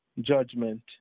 judgment